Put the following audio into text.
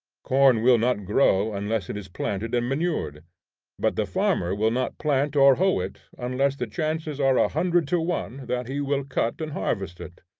corn will not grow unless it is planted and manured but the farmer will not plant or hoe it unless the chances are a hundred to one that he will cut and harvest it.